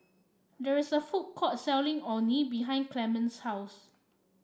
there is a food court selling Orh Nee behind Clemens' house